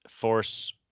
force